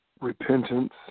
Repentance